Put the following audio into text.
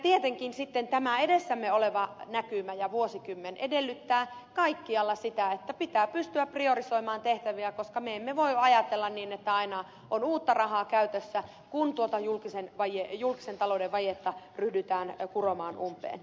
tietenkin sitten tämä edessämme oleva näkymä ja vuosikymmen edellyttää kaikkialla sitä että pitää pystyä priorisoimaan tehtäviä koska me emme voi ajatella niin että aina on uutta rahaa käytössä kun tuota julkisen talouden vajetta ryhdytään kuromaan umpeen